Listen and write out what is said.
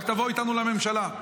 רק תבואו איתנו לממשלה.